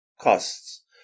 costs